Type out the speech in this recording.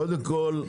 קודם כל,